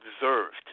observed